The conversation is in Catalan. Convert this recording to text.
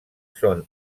són